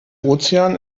ozean